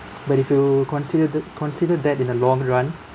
but if you considered the considered that in the long run